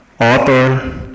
author